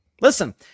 listen